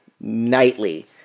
nightly